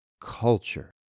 culture